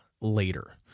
later